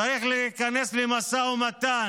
צריך להיכנס למשא ומתן